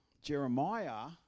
Jeremiah